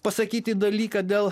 pasakyti dalyką dėl